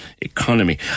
economy